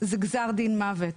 זה גזר דין מוות.